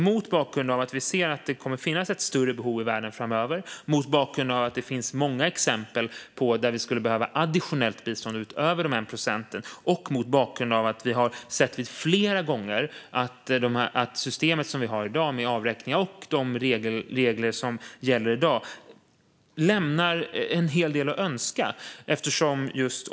Mot bakgrund av att vi ser att det kommer att finnas ett större behov i världen framöver, det finns många exempel där det behövs additionellt bistånd utöver 1 procent, och dagens system med avräkningar lämnar en hel del att önska.